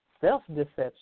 self-deception